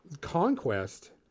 Conquest